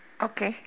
okay